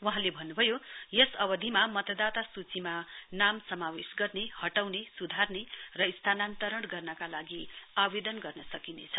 वहाँले भन्नुभयो यस अवधिमा मतदाता सूचीमा नाम समावेश गर्ने हटाउने सुधार्ने र स्थानान्तरण गर्नका लागि आवेदन गर्न सकिनेछ